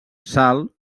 sal